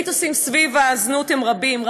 המיתוסים סביב הזנות הם רבים,